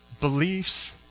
beliefs